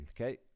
okay